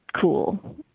cool